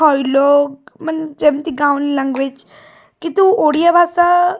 ହଇଲୋ ମାନେ ଯେମିତି ଗାଉଁଲି ଲାଙ୍ଗୁଏଜ୍ କିନ୍ତୁ ଓଡ଼ିଆ ଭାଷା